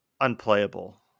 unplayable